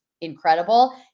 incredible